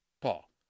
Paul